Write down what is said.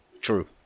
True